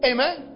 Amen